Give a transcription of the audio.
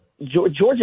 Georgia